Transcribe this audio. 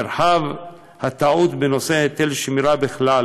מרחב הטעות בנושא היטל שמירה בכלל